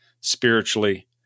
spiritually